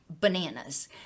bananas